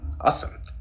Awesome